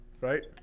Right